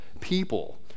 people